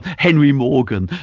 henry morgan,